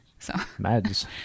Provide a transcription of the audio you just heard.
meds